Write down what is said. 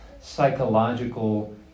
psychological